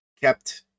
kept